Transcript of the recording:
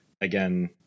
again